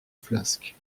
flasques